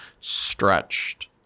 stretched